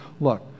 look